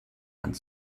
hand